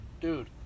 Dude